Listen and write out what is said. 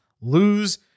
lose